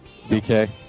DK